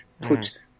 put